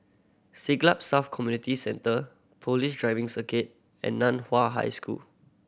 Siglap South Community Centre Police Driving Circuit and Nan Hua High School